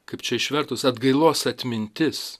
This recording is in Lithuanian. kaip čia išvertus atgailos atmintis